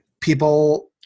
people